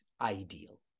ideal